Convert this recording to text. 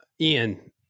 Ian